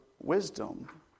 wisdom